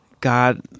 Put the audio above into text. God